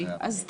יופי, אז תתנצל.